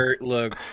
Look